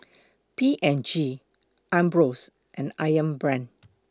P and G Ambros and Ayam Brand